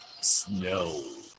snow